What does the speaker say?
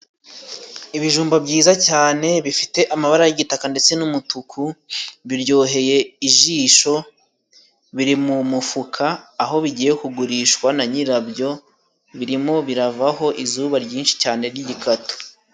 Ibijumba byiza cyane bifite amabara y'igitaka ndetse n'umutuku, biryoheye ijisho biri mu mufuka aho bigiye kugurishwa na nyirabyo, birimo biravaho izuba ryinshi cyane n'igikatu.